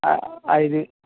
ఐదు